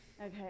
Okay